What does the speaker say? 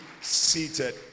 seated